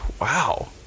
wow